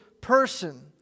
person